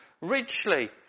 richly